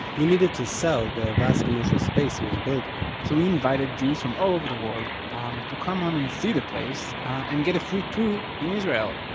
he needed to sell the vast commercial space he was building so he invited jews from all over the world um to come on and see the place, and get a free tour in israel.